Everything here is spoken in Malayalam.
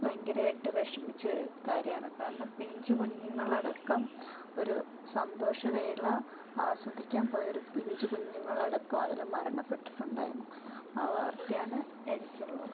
ഭയങ്കരമായിട്ട് വിഷമിച്ച ഒരു കാര്യമാണ് കാരണം പിഞ്ചുകുഞ്ഞുങ്ങളടക്കം ഒരു സന്തോഷവേള ആസ്വദിക്കാൻ പോയൊരു പിഞ്ചുകുഞ്ഞുങ്ങളടക്കം അതിൽ മരണപ്പെട്ടിട്ടുണ്ടായിരുന്നു ആ വാർത്തയാണ് എനിക്കുള്ളത്